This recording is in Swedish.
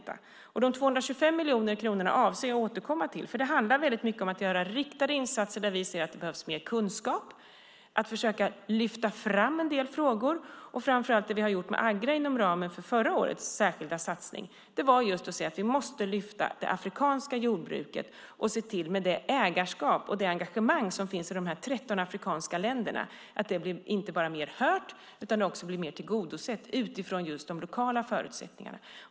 Jag avser att återkomma till de 225 miljoner kronorna, för det handlar mycket om att göra riktade insatser där vi ser att det behövs kunskap. Vi ska försöka lyfta fram en del frågor. Det handlar framför allt om det som vi har gjort med Agra inom ramen för förra årets särskilda satsning: Vi måste lyfta det afrikanska jordbruket och se till att det ägarskap och det engagemang som finns i dessa 13 afrikanska länder inte bara blir bättre lyssnat på utan också mer tillgodosett utifrån de lokala förutsättningarna.